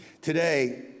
Today